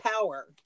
power